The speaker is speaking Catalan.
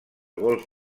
golf